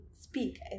speak